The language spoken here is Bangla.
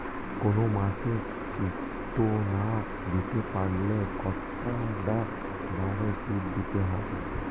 কোন মাসে কিস্তি না দিতে পারলে কতটা বাড়ে সুদ দিতে হবে?